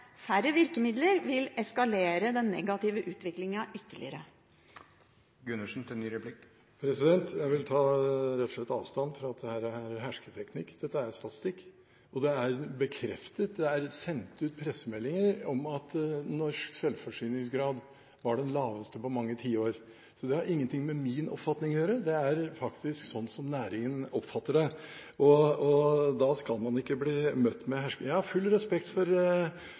Færre virkemidler vil eskalere den negative utviklingen ytterligere. Jeg vil ta avstand fra at dette er hersketeknikk. Dette er statistikk, og det er bekreftet, det er sendt ut pressemeldinger om at den norske selvforsyningsgraden i fjor var den laveste på mange tiår, så det har ingenting med min oppfatning å gjøre. Det er faktisk slik næringen oppfatter det, og da skal man ikke bli møtt med ord som «hersketeknikk». Jeg har full respekt for